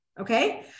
okay